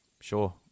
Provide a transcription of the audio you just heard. sure